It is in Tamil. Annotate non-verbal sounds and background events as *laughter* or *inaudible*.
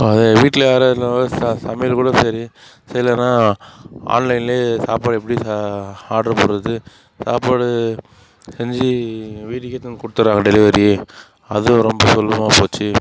அது வீட்டில் யார் *unintelligible* ச சமையல் கூட சரி செய்யலன்னா ஆன்லைன்லேயே சாப்பாடு எப்படி ஆர்டர் போடுகிறது சாப்பாடு செஞ்சு வீட்டுக்கு எடுத்துகிட்டு வந்து கொடுத்தடுறாங்க டெலிவரி அதுவும் ரொம்ப சுலபமாக போச்சு